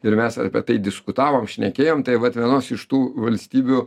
ir mes apie tai diskutavom šnekėjom tai vat vienos iš tų valstybių